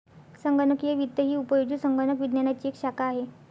संगणकीय वित्त ही उपयोजित संगणक विज्ञानाची एक शाखा आहे